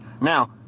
Now